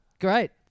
Great